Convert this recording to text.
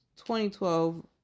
2012